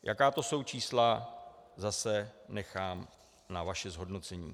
Jaká to jsou čísla, zase nechám na vašem zhodnocení.